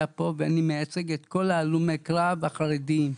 לפה ואני מייצג את כל הלומי הקרב החרדיים.